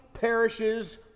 perishes